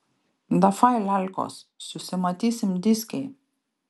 dafai lelkos susimatysim dyskėj